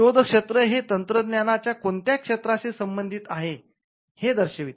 शोधक्षेत्र हे तंत्रज्ञाना च्या कोणत्या क्षेत्राशी संबंधित आहे हे दर्शविते